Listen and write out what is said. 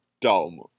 dumb